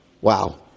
wow